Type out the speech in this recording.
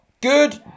Good